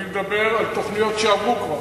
אני מדבר על תוכניות שעברו כבר.